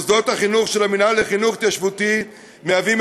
מוסדות החינוך של המינהל לחינוך התיישבותי מהווים